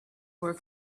were